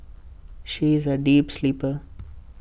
she is A deep sleeper